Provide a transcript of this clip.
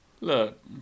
Look